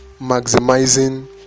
maximizing